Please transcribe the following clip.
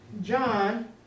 John